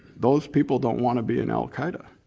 those people don't wanna be in al qaeda.